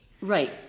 Right